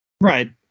Right